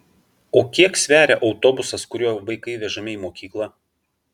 o kiek sveria autobusas kuriuo vaikai vežami į mokyklą